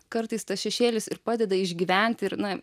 kartais tas šešėlis ir padeda išgyventi ir na